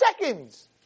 seconds